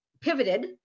pivoted